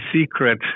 secret